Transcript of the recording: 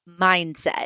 mindset